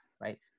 right